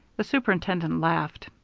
the superintendent laughed.